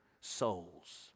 souls